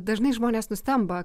dažnai žmonės nustemba